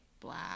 black